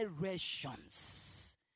generations